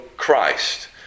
Christ